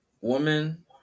woman